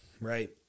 right